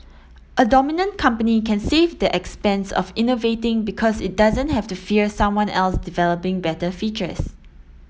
a dominant company can save the expense of innovating because it doesn't have to fear someone else developing better features